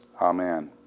Amen